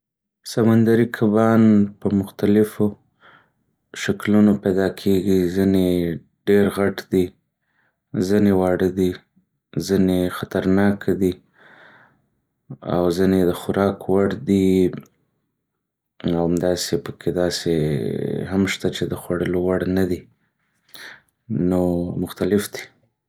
.سمندري کبان په مختلفو شکلونو پېدا کيږي .ځينې يې ډېر غټ دي، ځينې واړه دي، ځينې يې خطرناکه دي او ځينې يې د خوراک وړ دي او همداسې پکې داسې هم شته چې د خوړلو وړ نه دي. نو مختلف دي.